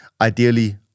Ideally